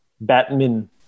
Batman